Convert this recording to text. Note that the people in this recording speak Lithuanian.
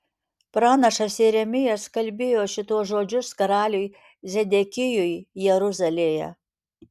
pranašas jeremijas kalbėjo šituos žodžius karaliui zedekijui jeruzalėje